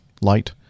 light